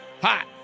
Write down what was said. hot